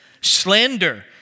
slander